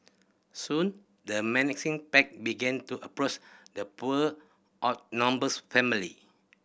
soon the menacing pack began to approach the poor outnumbers family